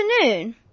afternoon